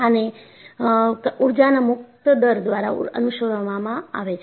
આને ઊર્જાના મુક્તિ દર દ્વારા અનુસરવામાં આવે છે